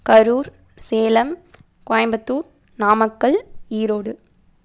Karur Salem Coimbatore Namakkal Erode